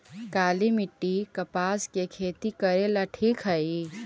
काली मिट्टी, कपास के खेती करेला ठिक हइ?